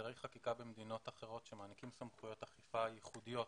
הסדרי חקיקה במדינות אחרות שמעניקים סמכויות אכיפה ייחודיות